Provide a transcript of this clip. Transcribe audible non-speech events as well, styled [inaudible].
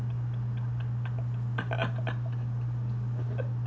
[laughs]